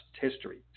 history